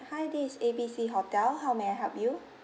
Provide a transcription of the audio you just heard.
hi this is A B C hotel how may I help you